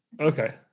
Okay